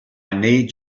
need